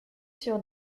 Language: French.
sur